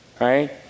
right